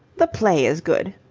the play is good.